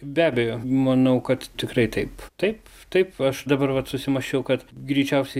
be abejo manau kad tikrai taip taip taip aš dabar vat susimąsčiau kad greičiausiai